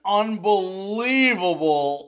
unbelievable